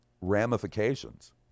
ramifications